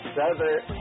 southern